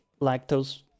lactose